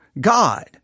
God